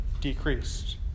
decreased